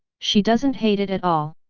she doesn't hate it at all!